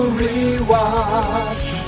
rewatch